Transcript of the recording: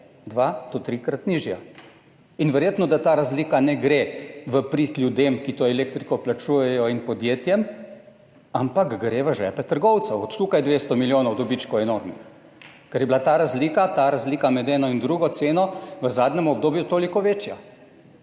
do trikrat nižja. Verjetno ta razlika ne gre v prid ljudem, ki to elektriko plačujejo, in podjetjem, ampak gre v žepe trgovcev. Od tukaj 200 milijonov enormnih dobičkov, ker je bila ta razlika med eno in drugo ceno v zadnjem obdobju toliko večja,